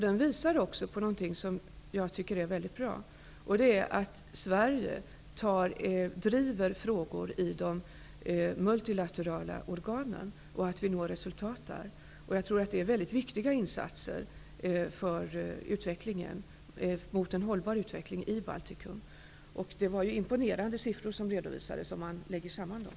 Den visar på något som jag tycker är mycket bra, nämligen att Sverige driver frågor i de multilaterala organen och når resultat där. Det är mycket viktiga insatser för en hållbar utveckling i Baltikum. De siffror som redovisades är imponerande, om man lägger samman dem.